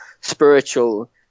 spiritual